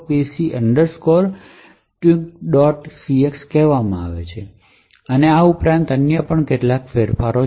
cx કહેવામાં આવે છે અને આ ઉપરાંત કેટલાક અન્ય ફેરફારો પણ છે